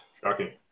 Shocking